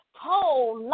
told